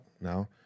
now